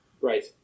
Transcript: Right